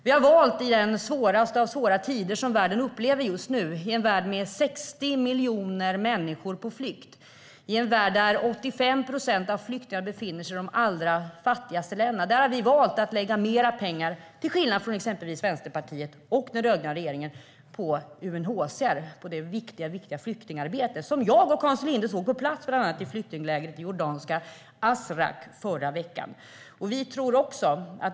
Vi har - i den svåraste av svåra tider som världen upplever just nu, i en värld med 60 miljoner människor på flykt, i en värld där 85 procent av flyktingarna befinner sig i de allra fattigaste länderna - valt att lägga mer pengar än till exempel Vänsterpartiet och den rödgröna regeringen på UNHCR, det viktiga flyktingarbetet, som jag och Hans Linde såg på plats bland annat i flyktinglägret i jordanska Azraq förra veckan.